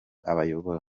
abayobora